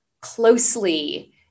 closely